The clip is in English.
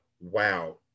Wow